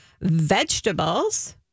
vegetables